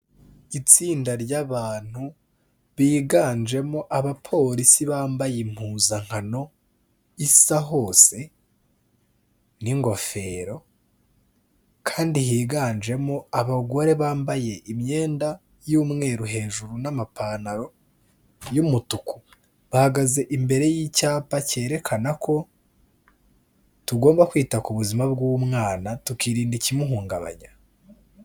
Itsinda ry'abantu biganjemo abapolisi bambaye impuzankano isa hose n'igofero, kandi higanjemo abagore bambaye imyenda y'umweru hejuru n'amapantaro y'umutuku, bahagaze imbere y'icyapa cyerekana ko tugomba kwita ku buzima bw'umwana tukirinda ikimuhungabanya.